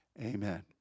amen